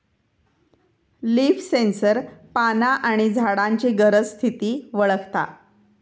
leaf sensor पाना आणि झाडांची गरज, स्थिती वळखता